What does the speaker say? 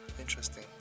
Interesting